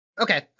okay